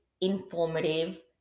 informative